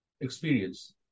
experience